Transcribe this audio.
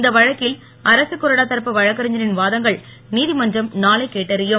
இந்த வழக்கில் அரசுக் கொறடா தரப்பு வழக்கறிஞரின் வாதங்களை நீதிமன்றம் நாளை கேட்டறியும்